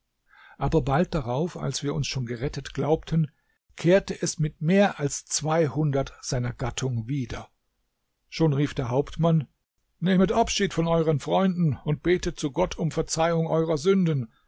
aber bald darauf als wir uns schon gerettet glaubten kehrte es mit mehr als zweihundert seiner gattung wieder schon rief der hauptmann nehmet abschied von euren freunden und betet zu gott um verzeihung eurer sünden